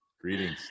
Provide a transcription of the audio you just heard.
Greetings